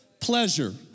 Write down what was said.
pleasure